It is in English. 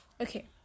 Okay